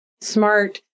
smart